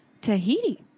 Tahiti